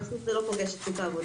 כי זה לא פוגש את שוק העבודה.